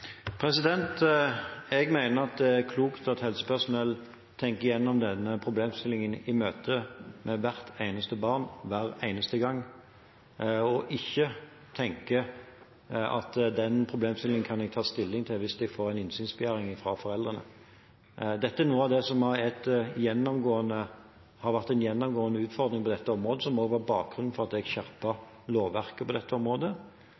Jeg mener det er klokt at helsepersonell tenker igjennom denne problemstillingen i møte med hvert eneste barn hver eneste gang og ikke tenker at det problemet kan man ta stilling til om man får innsynsbegjæring fra foreldrene. Dette er noe av det som har vært en gjennomgående utfordring på dette området, og som også var bakgrunnen for at jeg skjerpet lovverket på dette området.